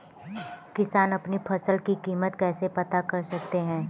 किसान अपनी फसल की कीमत कैसे पता कर सकते हैं?